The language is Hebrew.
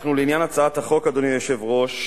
לעניין הצעת החוק, אדוני היושב-ראש,